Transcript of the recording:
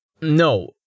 No